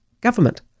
government